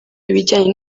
ibijyanye